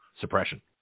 suppression